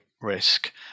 risk